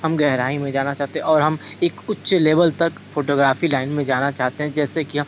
हम गहराई में जाना चाहते हैं और हम एक उच्च लेवल तक फोटोग्राफी लाइन में जाना चाहते हैं जैसे कि